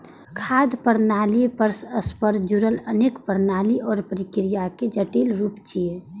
खाद्य प्रणाली परस्पर जुड़ल अनेक प्रणाली आ प्रक्रियाक जटिल रूप छियै